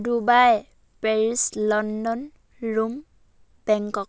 Dubai Paris London Rome Bangkok